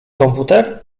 komputer